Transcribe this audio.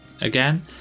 again